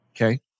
Okay